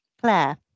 claire